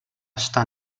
estar